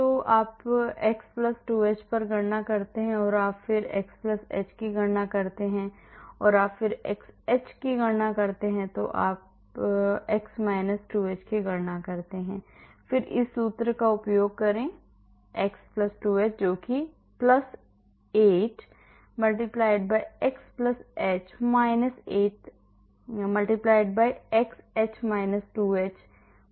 तो आप x 2h पर गणना करते हैं फिर आप x h की गणना करते हैं फिर आप xh की गणना करते हैं फिर आप x 2h की गणना करते हैं फिर इस सूत्र का उपयोग करें x 2h जो कि 8 x h 8 xh 2h 12h का ऋण है